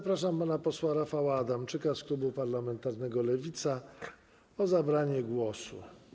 Proszę pana posła Rafała Adamczyka z klubu parlamentarnego Lewica o zabranie głosu.